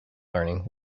learning